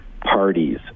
parties